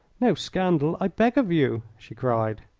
no scandal, i beg of you, she cried.